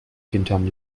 hinterm